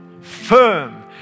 firm